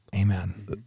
Amen